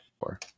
four